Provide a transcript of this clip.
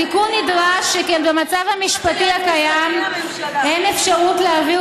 התיקון נדרש שכן במצב המשפטי הקיים אין אפשרות להעביר